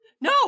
No